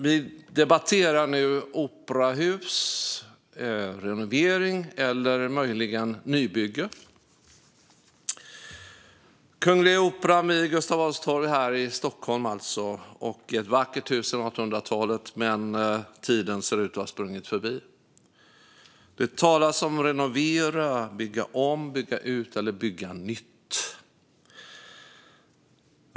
Vi debatterar nu operahus - renovering eller möjligen nybygge. Det gäller alltså Kungliga Operan vid Gustav Adolfs torg här i Stockholm. Det är ett vackert hus från 1800-talet, men tiden ser ut att ha sprungit förbi det. Det talas om att renovera, bygga om, bygga ut eller bygga nytt.